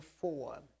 four